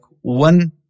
one